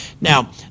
now